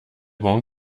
bon